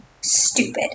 Stupid